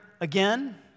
again